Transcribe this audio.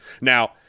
Now